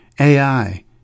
AI